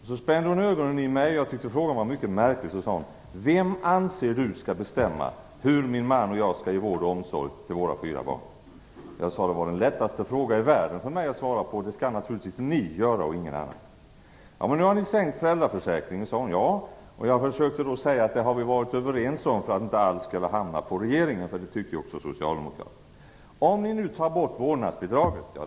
Hon spände ögonen i mig och ställde en fråga som jag tyckte var mycket märklig: Vem anser du skall bestämma hur min man och jag skall ge vård och omsorg för våra fyra barn? Jag sade att det var den lättaste fråga i världen för mig att svara på: Det skall naturligtvis ni göra, och ingen annan. Men, sade hon, ni har nu sänkt ersättningen i föräldraförsäkringen. Jag försökte då, för att inte allt skulle hamna på regeringen, säga att vi har varit överens om det - också Socialdemokraterna var med på den sänkningen. Men nu skall man ta bort vårdnadsbidragen, sade hon.